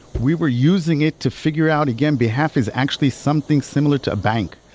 we were using it to figure out again, behalf is actually something similar to bank.